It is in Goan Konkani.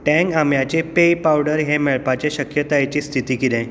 टँग आंब्याचें पेय पावडर हें मेळपाच्या शक्यतायेची स्थिती किदें